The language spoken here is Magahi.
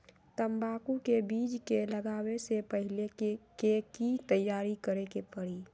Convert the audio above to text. तंबाकू के बीज के लगाबे से पहिले के की तैयारी करे के परी?